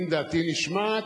אם דעתי נשמעת,